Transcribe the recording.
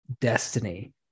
destiny